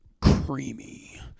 Creamy